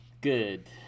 Good